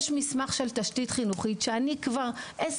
יש מסמך של תשתית חינוכית שאני כבר 10